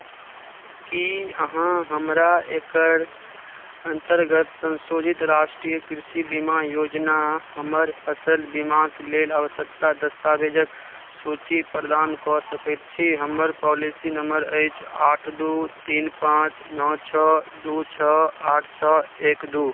की अहाँ हमरा एकर अन्तर्गत संशोधित राष्ट्रीय कृषि बीमा योजना हमर फसल बीमाक लेल आवश्यकता दस्तावेजक सूची प्रदान कऽ सकैत छी हमर पॉलिसी नम्बर अछि आठ दू तीन पाँच नओ छओ दू छओ आठ छओ एक दू